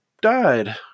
died